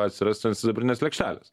atsirast ant sidabrinės lėkštelės